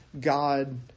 God